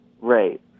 Right